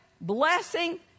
blessing